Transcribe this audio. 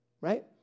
right